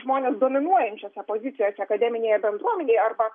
žmones dominuojančiose opozicijose akademinėje bendruomenėje arba